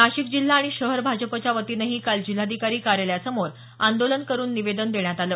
नाशिक जिल्हा आणि शहर भाजपच्या वतीनंही काल जिल्हाधिकारी कार्यालयासमोर आंदोलन करून निवेदन देण्यात आलं